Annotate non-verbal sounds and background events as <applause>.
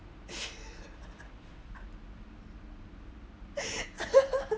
<laughs>